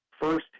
first